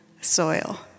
soil